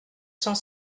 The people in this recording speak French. cent